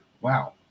wow